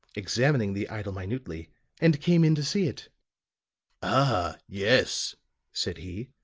examining the idol minutely, and came in to see it ah, yes said he.